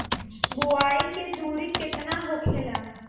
बुआई के दूरी केतना होखेला?